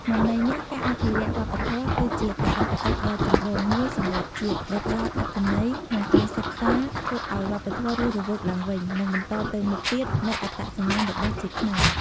ក្នុងន័យនេះ ការអភិរក្សវប្បធម៌គឺជាកាតព្វកិច្ចដ៏ចម្បងមួយសម្រាប់ជាតិ ដែលផ្ដល់អត្ថន័យក្នុងការសិក្សា ធ្វើឲ្យវប្បធម៌រស់រវើកឡើងវិញ និងបន្តទៅមុខទៀតនូវអត្តសញ្ញាណរបស់ជាតិខ្មែរ។